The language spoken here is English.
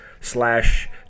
slash